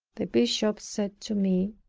the bishop said to me,